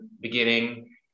beginning